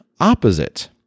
opposite